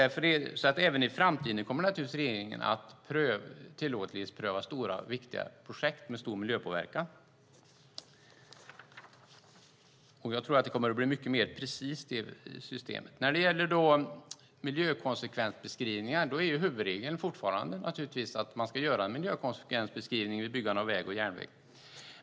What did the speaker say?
Regeringen kommer naturligtvis även i framtiden att tillåtlighetspröva stora och viktiga projekt med stor miljöpåverkan. Jag tror att det systemet kommer att bli mycket mer precist. Huvudregeln är fortfarande att man ska göra en miljökonsekvensbeskrivning vid byggande av väg och järnväg.